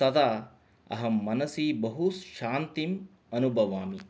तदा अहं मनसी बहु शान्तिम् अनुभवामि